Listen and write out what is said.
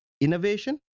innovation